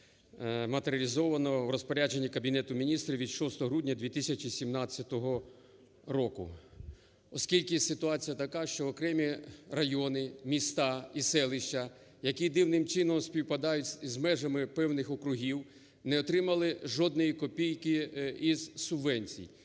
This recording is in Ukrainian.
матеріалізовано в розпорядженні Кабінету Міністрів від 6 грудня 2017 року. Оскільки ситуація така, що окремі райони, міста і селища, які дивним чином співпадають з межами певних округів, не отримали жодної копійки із субвенцій.